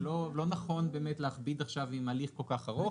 ולא נכון להכביד עם הליך כל כך ארוך.